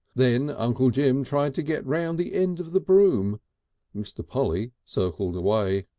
then uncle jim tried to get round the end of the broom mr. polly circled away.